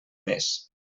més